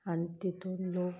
आनी तातूंत लोक